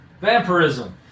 vampirism